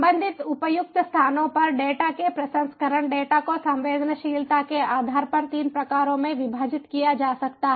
संबंधित उपयुक्त स्थानों पर डेटा के प्रसंस्करण डेटा को संवेदनशीलता के आधार पर तीन प्रकारों में विभाजित किया जा सकता है